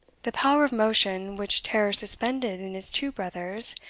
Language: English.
the power of motion, which terror suspended in his two brothers,